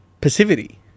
passivity